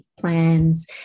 plans